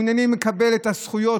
מעוניינים לקבל את הזכויות,